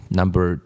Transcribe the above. number